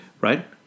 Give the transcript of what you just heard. Right